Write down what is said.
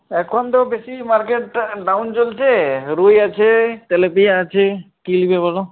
এখন তো বেশি মার্কেট ডাউন চলছে রুই আছে তেলাপিয়া আছে কি নেবে বলো